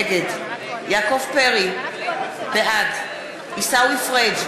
נגד יעקב פרי, בעד עיסאווי פריג'